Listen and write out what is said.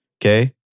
Okay